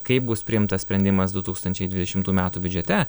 kaip bus priimtas sprendimas du tūkstančiai dvidešimtų metų biudžete